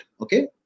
Okay